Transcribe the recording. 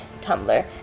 Tumblr